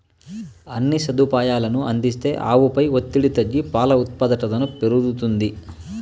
అన్ని సదుపాయాలనూ అందిస్తే ఆవుపై ఒత్తిడి తగ్గి పాల ఉత్పాదకతను పెరుగుతుంది